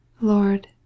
Lord